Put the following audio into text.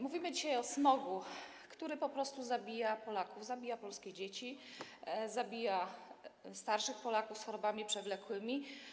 Mówimy dzisiaj o smogu, który po prostu zabija Polaków, zabija polskie dzieci, zabija starszych Polaków z chorobami przewlekłymi.